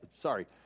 sorry